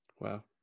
wow